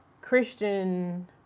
christian